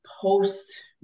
post